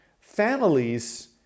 families